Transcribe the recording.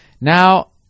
Now